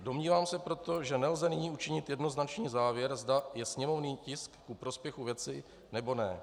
Domnívám se proto, že nelze nyní učinit jednoznačný závěr, zda je sněmovní tisk ku prospěchu věci, nebo ne.